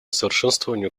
совершенствованию